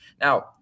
Now